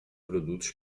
produtos